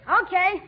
Okay